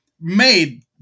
made